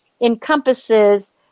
encompasses